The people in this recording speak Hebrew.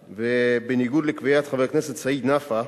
ובניגוד לקביעת חבר הכנסת סעיד נפאע,